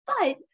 but-